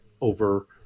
over